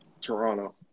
Toronto